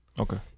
okay